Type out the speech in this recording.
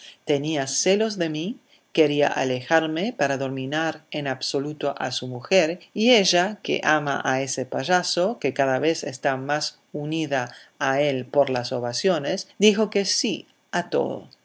tenía celos de mí quería alejarme para dominar en absoluto a su mujer y ella que ama a ese payaso que cada vez está más unida a él por las ovaciones dijo que sí a todo